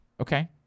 Okay